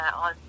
on